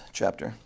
chapter